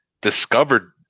Discovered